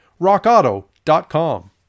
rockauto.com